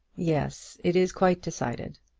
yes it is quite decided.